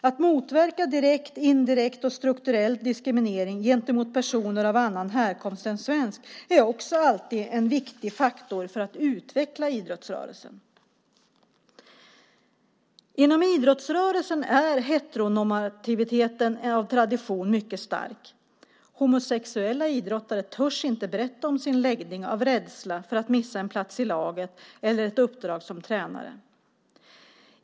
Att motverka direkt, indirekt och strukturell diskriminering gentemot personer med annan härkomst än svensk är också alltid en viktig faktor för att utveckla idrottsrörelsen. Inom idrottsrörelsen är heteronormativiteten av tradition mycket stark. Homosexuella idrottare törs inte berätta om sin läggning av rädsla för att missa en plats i laget eller ett uppdrag som tränare.